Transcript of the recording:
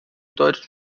deutschen